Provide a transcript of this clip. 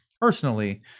personally